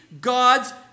God's